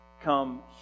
come